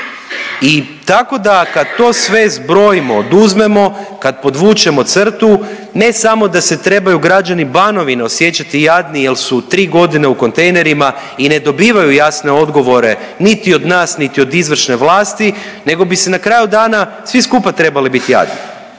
I tako da kad to sve zbrojimo, oduzmemo, kad podvučemo crtu ne samo da se trebaju građani Banovine osjećati jadni jer su 3 godine u kontejnerima i ne dobivaju jasne odgovore niti od nas, niti od izvršne vlasti, nego bi se na kraju dana svi skupa trebali biti jadni.